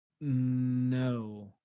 No